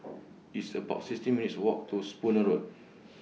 It's about sixteen minutes' Walk to Spooner Road